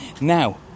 Now